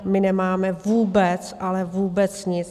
My nemáme vůbec, ale vůbec nic.